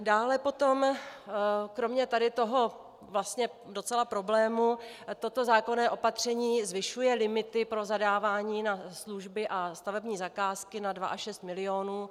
Dále potom kromě tady toho vlastně docela problému toto zákonné opatření zvyšuje limity pro zadávání na služby a stavební zakázky na 2 až 6 milionů.